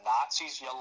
Nazis